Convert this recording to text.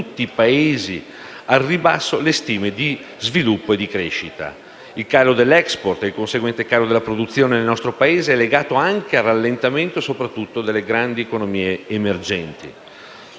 Il calo dell'*export* e il conseguente calo della produzione nel nostro Paese è legato anche al rallentamento delle grandi economie emergenti.